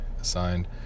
assigned